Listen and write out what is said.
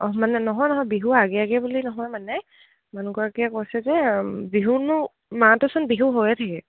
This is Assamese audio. অঁ মানে নহয় নহয় বিহু আগে আগে বুলি নহয় মানে মানহগৰাকীয়ে কৈছে যে বিহুনো মাটোচোন বিহু হৈয়ে থাকে